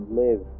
live